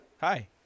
Hi